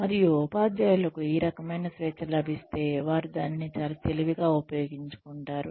మరియు ఉపాధ్యాయులకు ఈ రకమైన స్వేచ్ఛ లభిస్తే వారు దానిని చాలా తెలివిగా ఉపయోగించుకుంటారు